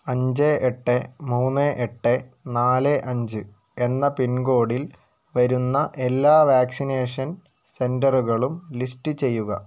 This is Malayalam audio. അഞ്ച് എട്ട് മൂന്ന് എട്ട് നാല് അഞ്ച് എന്ന പിൻകോഡിൽ വരുന്ന എല്ലാ വാക്സിനേഷൻ സെൻറ്ററുകളും ലിസ്റ്റ് ചെയ്യുക